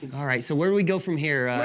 all right, so where do we go from here?